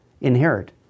inherit